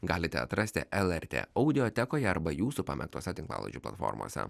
galite atrasti lrt audiotekoje arba jūsų pamėgtose tinklalaidžių platformose